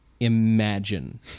Imagine